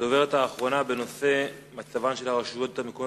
הדוברת האחרונה בנושא מצבן של הרשויות המקומיות